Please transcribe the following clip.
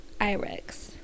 IREX